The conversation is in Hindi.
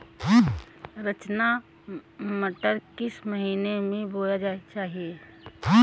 रचना मटर किस महीना में बोना चाहिए?